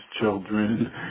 children